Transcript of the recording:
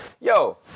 yo